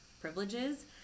privileges